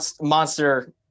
Monster